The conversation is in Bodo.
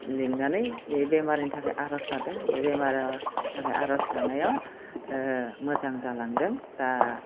लिंनानै बे बेमारनि थाखाय आर'ज लादों बे बेमारा थाखाय आर'ज लानायाव मोजां जालांदों दा